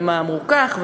ומה אמרו כך,